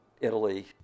Italy